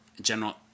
General